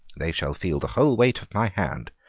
they shall feel the whole weight of my hand.